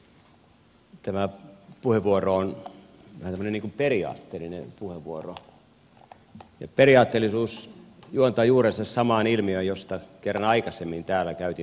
tämä puheenvuoro on vähän tämmöinen periaatteellinen puheenvuoro ja periaatteellisuus juontaa juurensa samaan ilmiöön josta kerran aikaisemmin täällä käytin puheenvuoron